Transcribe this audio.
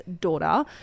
daughter